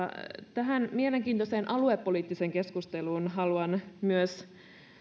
tähän mielenkiintoiseen aluepoliittiseen keskusteluun haluan sanoa myös